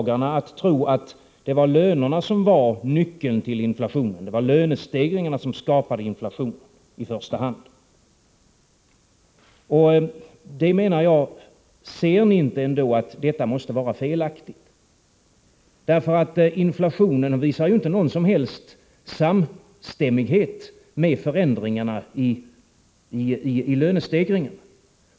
2ar:" "att tro att det var lönerna som var nyckeln till inflationen, att det var lönestegringarna som i första hand skapade inflationen. Ser ni inte att detta måste vara felaktigt? Inflationen visar ju inte någon som helst samstämmighet med förändringarna i lönestegringarna.